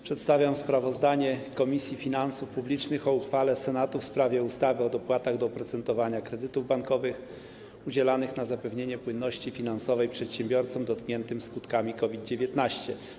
Przedstawiam sprawozdanie Komisji Finansów Publicznych o uchwale Senatu w sprawie ustawy o dopłatach do oprocentowania kredytów bankowych udzielanych na zapewnienie płynności finansowej przedsiębiorcom dotkniętym skutkami COVID-19.